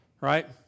right